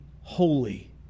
holy